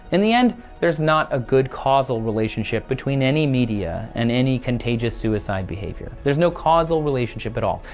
in the end, there's not a good causal relationship between any media and any contagious suicide behavior. there's no causal relationship at all.